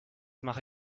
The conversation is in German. mache